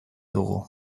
dugu